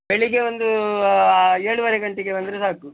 ಬೆಳಗ್ಗೆ ಒಂದು ಏಳುವರೆ ಗಂಟೆಗೆ ಬಂದರೆ ಸಾಕು